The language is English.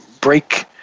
break